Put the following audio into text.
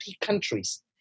countries